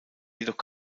jedoch